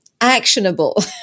Actionable